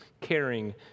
caring